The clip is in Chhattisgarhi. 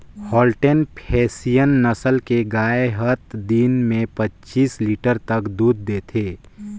होल्टेन फेसियन नसल के गाय हत दिन में पच्चीस लीटर तक दूद देथे